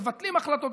מבטלים החלטות,